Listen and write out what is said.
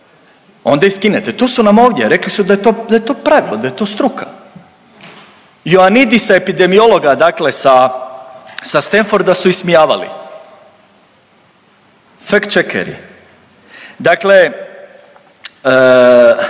onda ih skinete. To su nam ovdje, rekli su da je to pravilo, da je to struka. Ioannidisa epidemiologa sa Stanforda su ismijavali, fackt checkeri. Dakle,